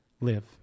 live